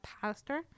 pastor